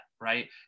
Right